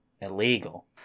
illegal